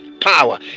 power